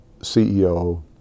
CEO